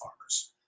farmers